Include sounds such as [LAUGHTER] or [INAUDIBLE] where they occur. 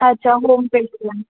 अच्छा होम [UNINTELLIGIBLE]